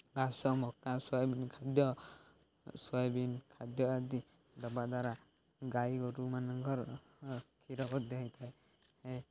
ଘାସ ମକା ସୋୟାବିନ୍ ଖାଦ୍ୟ ସୋୟାବିନ୍ ଖାଦ୍ୟ ଆଦି ଦେବା ଦ୍ୱାରା ଗାଈ ଗୋରୁମାନଙ୍କର କ୍ଷୀର ମଧ୍ୟ ହୋଇଥାଏ ହେ